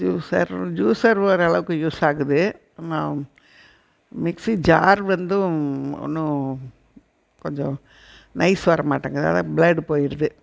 juicer juicer ஓரளவுக்கு use ஆகுது ஆனால் மிக்ஸி ஜார் வந்து ஒன்னும் கொஞ்சம் நைஸ் வரமாட்டேங்கிது அதுதான் பிளேடு போயிடுது